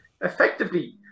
Effectively